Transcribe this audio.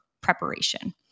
preparation